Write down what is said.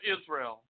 Israel